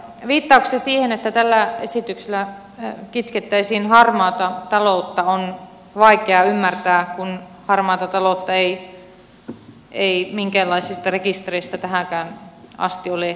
viittauksia siihen että tällä esityksellä kitkettäisiin harmaata taloutta on vaikea ymmärtää kun harmaata taloutta ei minkäänlaisista rekistereistä tähänkään asti ole löytynyt